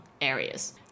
areas